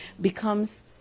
becomes